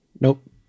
Nope